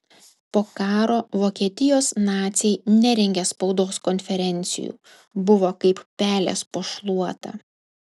po karo vokietijos naciai nerengė spaudos konferencijų buvo kaip pelės po šluota